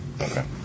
Okay